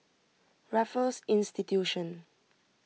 Raffles Institution